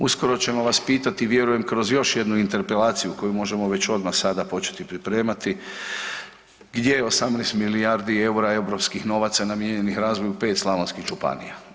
Uskoro ćemo vas pitati vjerujem kroz još jednu interpelaciju koju možemo već odmah sada početi pripremati, gdje je 18 milijardi EUR-a europskih novaca namijenjenih razvoju 5 slavonskih županija?